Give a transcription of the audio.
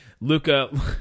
Luca